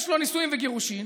יש לו נישואים וגירושים,